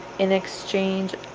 in exchange